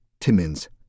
Timmins